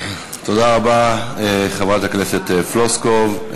תודה רבה, חברת הכנסת פלוסקוב.